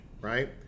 right